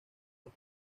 los